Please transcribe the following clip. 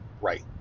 right